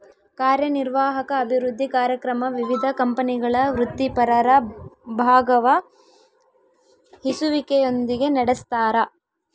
ಕಾರ್ಯನಿರ್ವಾಹಕ ಅಭಿವೃದ್ಧಿ ಕಾರ್ಯಕ್ರಮ ವಿವಿಧ ಕಂಪನಿಗಳ ವೃತ್ತಿಪರರ ಭಾಗವಹಿಸುವಿಕೆಯೊಂದಿಗೆ ನಡೆಸ್ತಾರ